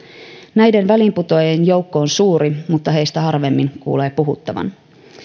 näiden väliinputoajien joukko on suuri mutta heistä harvemmin kuulee puhuttavan